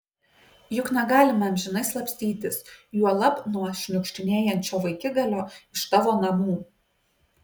juk negalime amžinai slapstytis juolab nuo šniukštinėjančio vaikigalio iš tavo namų